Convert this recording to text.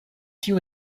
tiu